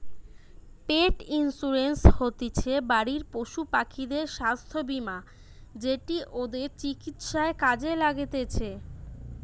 পেট insurance হতিছে বাড়ির পশুপাখিদের স্বাস্থ্য বীমা যেটি ওদের চিকিৎসায় কাজে লাগতিছে